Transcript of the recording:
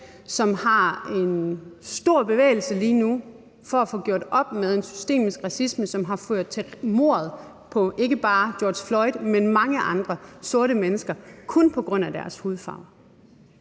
nu er en stor bevægelse for at få gjort op med en systemisk racisme, som har ført til mordet på ikke bare George Floyd, men mange andre sorte mennesker kun på grund af deres hudfarve.